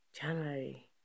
January